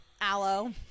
aloe